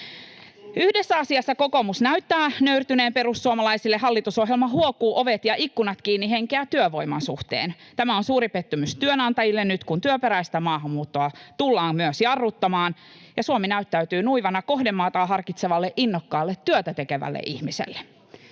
Yhdessä asiassa kokoomus näyttää nöyrtyneen perussuomalaisille: hallitusohjelma huokuu ovet ja ikkunat kiinni ‑henkeä työvoiman suhteen. Tämä on suuri pettymys työnantajille nyt, kun työperäistä maahanmuuttoa tullaan myös jarruttamaan, ja Suomi näyttäytyy nuivana kohdemaataan harkitsevalle innokkaalle työtä tekevälle ihmiselle.